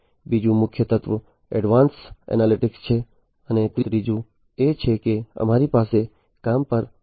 બીજું મુખ્ય તત્વ એડવાન્સ એનાલિટિક્સ છે અને ત્રીજું એ છે કે અમારી પાસે કામ પર લોકો છે